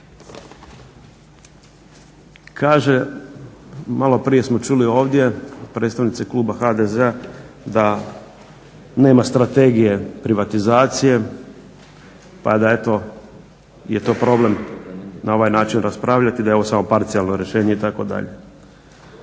Kaže, maloprije smo čuli ovdje od predstavnice kluba HDZ-a da nema strategije privatizacije pa da eto je to problem na ovaj način raspravljati, da je ovo samo parcijalno rješenje itd.